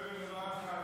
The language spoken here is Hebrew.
בדבר אחד.